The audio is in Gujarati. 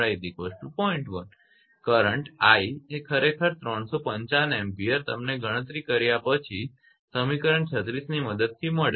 I એ ખરેખર 355 ampere તમને ગણતરી કર્યા પછી સમીકરણ 36 ની મદદથી મળે છે